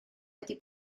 wedi